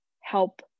help